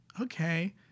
okay